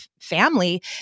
family